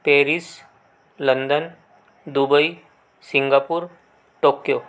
Paris London Dubai Singapore Tokyo